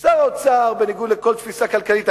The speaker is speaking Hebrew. בניגוד לכל תפיסה כלכלית.